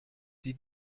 die